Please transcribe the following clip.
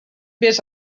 vés